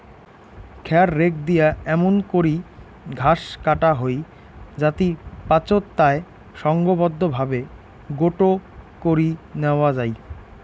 খ্যার রেক দিয়া এমুন করি ঘাস কাটা হই যাতি পাচোত তায় সংঘবদ্ধভাবে গোটো করি ন্যাওয়া যাই